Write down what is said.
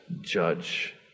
judge